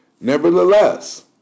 Nevertheless